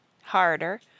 harder